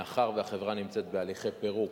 מאחר שהחברה נמצאת בהליכי פירוק,